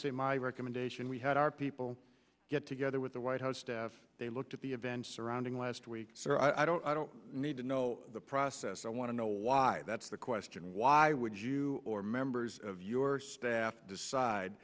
say my recommendation we had our people get together with the white house staff they looked at the events surrounding last week so i don't i don't need to know the process i want to know why that's the question why would you or members of your staff decide